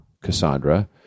Cassandra